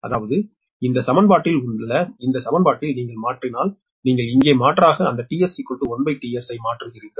அதாவது இந்த சமன்பாட்டில் உள்ள இந்த சமன்பாட்டில் நீங்கள் மாற்றினால் நீங்கள் இங்கே மாற்றாக அந்த tR1tS ஐ மாற்றுகிறீர்கள்